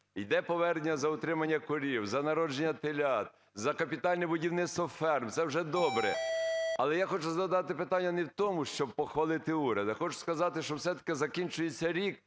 Іде повернення за утримання корів, за народження телят, за капітальне будівництво ферм – це вже добре. Але я хочу згадати питання не в тому, щоб похвалити уряд, а хочу сказати, що все-таки закінчується рік